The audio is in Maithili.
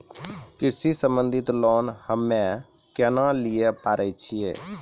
कृषि संबंधित लोन हम्मय केना लिये पारे छियै?